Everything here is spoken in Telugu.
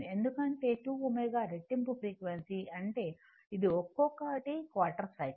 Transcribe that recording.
ఎందుకంటే 2 ω రెట్టింపు ఫ్రీక్వెన్సీ అంటే ఇది ఒక్కొక్కటి క్వార్ట్రర్ సైకిల్